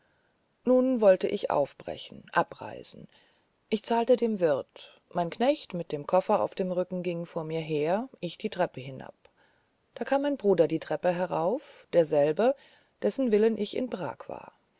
nun wollte ich aufbrechen abreisen ich zahlte dem wirt mein knecht mit dem koffer auf dem rücken ging vor mir her ich die treppe hinab da kam mein bruder die treppe herauf derselbe deswillen ich in prag war